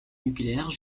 nucléaire